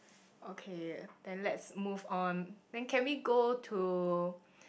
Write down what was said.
okay then let's move on then can we go to